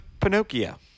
Pinocchio